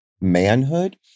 manhood